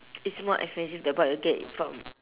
it's more expensive than what it from